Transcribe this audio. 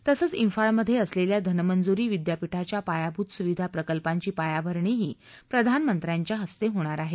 तसंच फ़ाळ मध्ये असलेल्या धनमंजुरी विद्यापीठाच्या पायाभूत सुविधा प्रकल्पांची पायाभरणी ही प्रधानमंत्र्यांच्या हस्ते होणार आहे